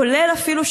כולל אפילו,